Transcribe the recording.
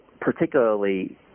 particularly